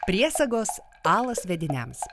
priesagos alas vediniams